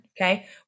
Okay